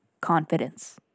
confidence